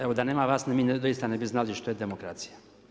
Evo da nema vas mi doista ne bi znali što je demokracija.